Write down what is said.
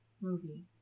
movie